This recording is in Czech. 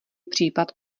případ